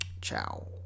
ciao